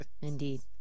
Indeed